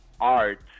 art